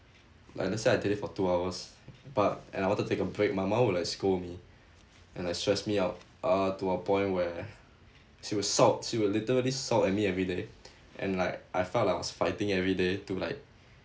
like let's say I did it for two hours but and I wanted to take a break my mum will like scold me and like stressed me out uh to a point where she will shout she will literally shout at me everyday and like I felt like I was fighting every day to like